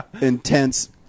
intense